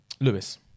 lewis